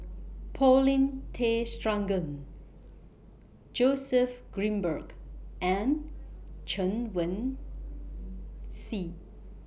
Paulin Tay Straughan Joseph Grimberg and Chen Wen Hsi